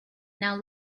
now